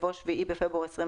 יבוא "(7 בפברואר 2021)